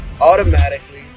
automatically